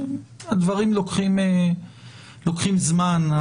הדברים לוקחים זמן,